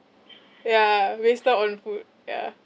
yeah wasted on food yeah